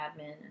admin